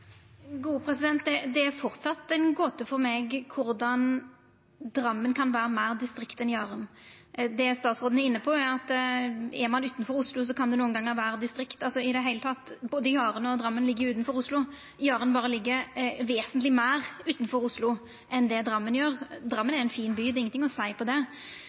Det er framleis ei gåte for meg korleis Drammen kan vera meir distrikt enn Jaren. Det statsråden er inne på, er at er ein utanfor Oslo, kan ein nokre gonger vera distrikt. Uansett: både Jaren og Drammen ligg utanfor Oslo. Jaren ligg berre vesentleg lenger unna Oslo enn det Drammen gjer. Drammen er ein fin by, det er ikkje noko å seia på det.